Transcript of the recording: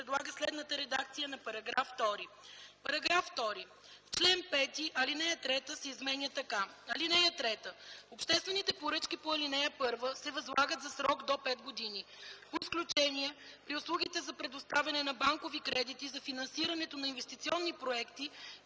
предлага следната редакция на § 2: „§ 2. В чл. 5 ал. 3 се изменя така: „(3) Обществените поръчки по ал. 1 се възлагат за срок до пет години. По изключение при услугите за предоставяне на банкови кредити за финансирането на инвестиционни проекти